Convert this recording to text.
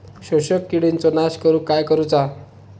शोषक किडींचो नाश करूक काय करुचा?